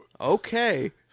okay